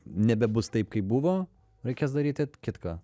nebebus taip kaip buvo reikės daryti kitką